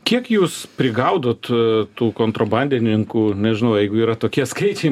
kiek jūs prigaudot tų kontrabandininkų nežinau jeigu yra tokie skaičiai